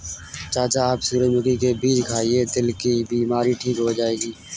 चाचा आप सूरजमुखी के बीज खाइए, दिल की बीमारी ठीक हो जाएगी